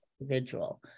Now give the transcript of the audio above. individual